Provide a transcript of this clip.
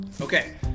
Okay